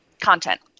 content